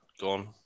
gone